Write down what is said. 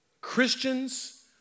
Christians